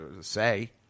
say